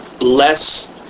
less